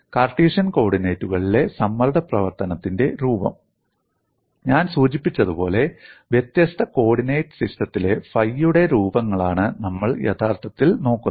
Cartesian കോർഡിനേറ്റുകളിലെ സമ്മർദ്ദ പ്രവർത്തനത്തിന്റെ രൂപം ഞാൻ സൂചിപ്പിച്ചതുപോലെ വ്യത്യസ്ത കോർഡിനേറ്റ് സിസ്റ്റത്തിലെ ഫൈയുടെ രൂപങ്ങളാണ് നമ്മൾ യഥാർത്ഥത്തിൽ നോക്കുന്നത്